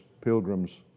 pilgrim's